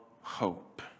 hope